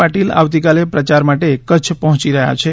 પાટિલ આવતીકાલે પ્રચાર માટે કચ્છ પહોચી રહ્યા છે